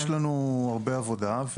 יש לנו הרבה עבודה.